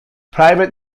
private